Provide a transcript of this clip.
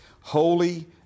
holy